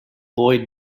boy